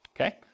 okay